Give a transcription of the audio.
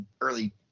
early